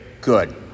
good